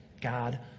God